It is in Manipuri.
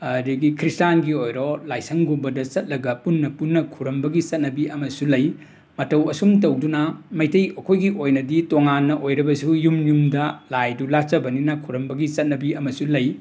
ꯑꯗꯒꯤ ꯈ꯭ꯔꯤꯁꯇꯥꯟꯒꯤ ꯑꯣꯏꯔꯣ ꯂꯥꯏꯁꯪꯒꯨꯝꯕꯗ ꯆꯠꯂꯒ ꯄꯨꯟꯅ ꯄꯨꯟꯅ ꯈꯨꯏꯔꯨꯝꯕꯒꯤ ꯆꯠꯅꯕꯤ ꯑꯃꯁꯨ ꯂꯩ ꯃꯇꯧ ꯑꯁꯨꯝ ꯇꯧꯗꯨꯅ ꯃꯩꯇꯩ ꯑꯩꯈꯣꯏꯒꯤ ꯑꯣꯏꯅꯗꯤ ꯇꯣꯉꯥꯟꯅ ꯑꯣꯏꯔꯕꯁꯨ ꯌꯨꯝ ꯌꯨꯝꯗ ꯂꯥꯏꯗꯨ ꯂꯥꯠꯆꯕꯅꯤꯅ ꯈꯨꯏꯔꯨꯝꯕꯒꯤ ꯆꯠꯅꯕꯤ ꯑꯃꯁꯨ ꯂꯩ